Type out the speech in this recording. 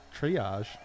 triage